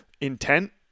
intent